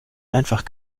einfach